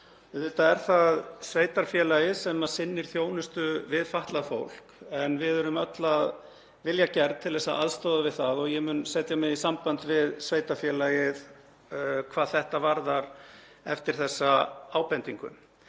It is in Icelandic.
Auðvitað er það sveitarfélagið sem sinnir þjónustu við fatlað fólk en við erum öll af vilja gerð til að aðstoða við það og ég mun setja mig í samband við sveitarfélagið hvað þetta varðar eftir þessa ábendingu.